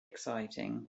exciting